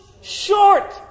short